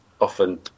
often